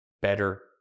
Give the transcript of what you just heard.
better